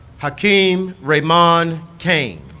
hakeem ra'mon cain